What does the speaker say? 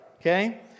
okay